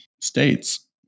states